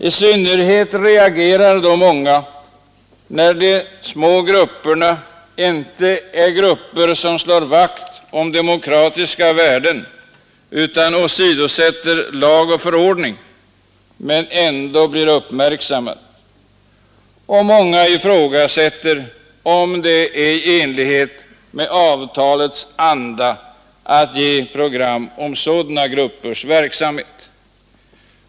I synnerhet reagerar många, när de små grupperna inte är grupper som slår vakt om demokratiska värden utan åsidosätter lag och förordning men ändå blir uppmärksammade. Många ifrågasätter om det är i enlighet med avtalets anda att ge program om sådana gruppers verksamhet.